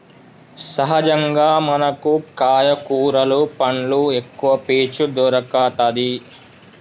సహజంగా మనకు కాయ కూరలు పండ్లు ఎక్కవ పీచు దొరుకతది